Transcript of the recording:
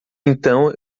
então